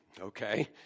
okay